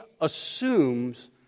assumes